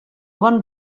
bon